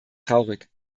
traurig